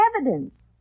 evidence